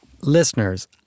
listeners